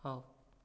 ହେଉ